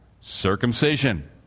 Circumcision